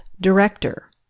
Director